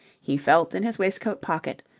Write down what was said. he felt in his waistcoat pocket,